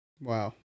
Wow